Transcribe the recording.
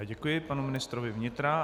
Děkuji panu ministrovi vnitra.